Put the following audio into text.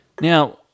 Now